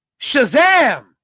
Shazam